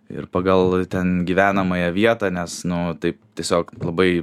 ir pagal ten gyvenamąją vietą nes nu taip tiesiog labai